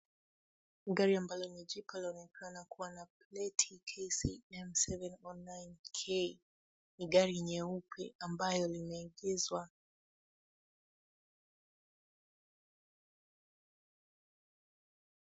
Gari ambalo ni jipya linaonekana kuwa na plati KCM719K . Ni gari nyeupe ambalo limeegeshwa.